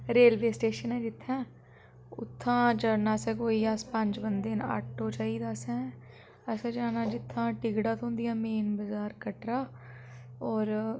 railway station ऐ जित्थै उत्थां चढ़ना अस कोई अस पंज बंदे न आटो चाहिदा असें असें जानै जित्थै टिकटां थ्होंदियां मेन बजार कटरा होर